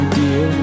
dear